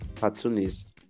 cartoonist